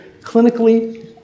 clinically